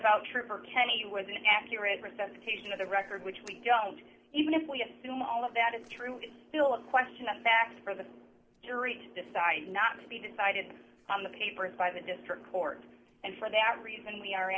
about trooper kenny was an accurate representation of the record which we don't even if we assume all of that is true it's still a question of fact for the jury to decide not to be decided on the papers by the district court and for that reason we are